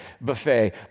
buffet